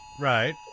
Right